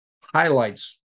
highlights